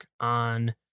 on